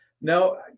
No